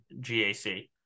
GAC